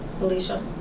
alicia